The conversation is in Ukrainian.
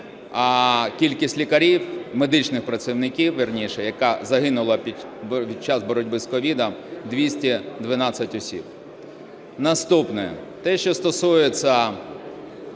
а кількість лікарів, медичних працівників, вірніше, які загинули під час боротьби з COVID, – 212 осіб. Наступне, те, що стосується